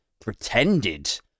pretended